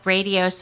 Radio